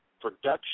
production